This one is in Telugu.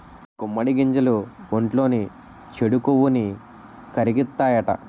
గుమ్మడి గింజలు ఒంట్లోని చెడు కొవ్వుని కరిగిత్తాయట